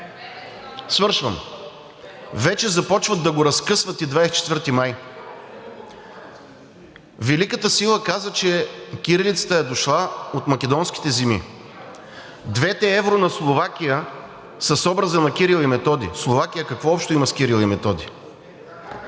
Свършвам. Вече започват да разкъсват и 24 май. Великата сила каза, че кирилицата е дошла от македонските земи. Двете евро на Словакия са с образа на Кирил и Методий. Словакия какво общо има с Кирил и Методий?